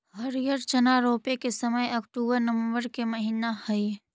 हरिअर चना रोपे के समय अक्टूबर नवंबर के महीना हइ